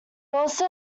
also